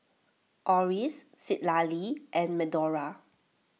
Oris Citlali and Medora